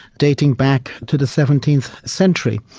dating back to the seventeenth century,